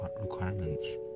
requirements